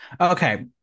Okay